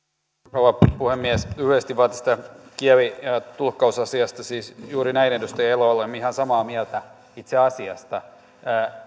rouva puhemies yleisesti vain tästä kieli ja tulkkausasiasta siis juuri näin edustaja elo olemme ihan samaa mieltä itse asiasta